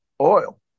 oil